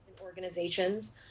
organizations